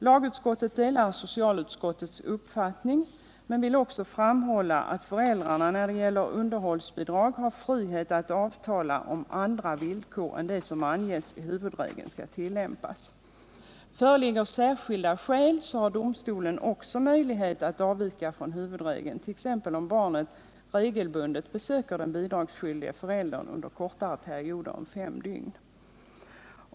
Lagutskottet delar socialutskottets uppfattning, men vill också framhålla att föräldrarna när det gäller underhållsbidrag har frihet att avtala om att andra villkor än de som anges i huvudregeln skall tillämpas. Föreligger särskilda skäl har domstolen också möjlighet att avvika från huvudregeln, t.ex. om barnet regelbundet besöker den bidragsskyldige föräldern under kortare perioder än fem dygn.